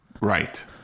Right